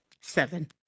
seven